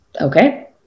okay